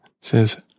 Says